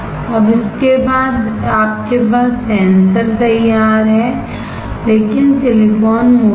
अब इसके बाद आपके पास सेंसर तैयार है लेकिन सिलिकॉन मोटा है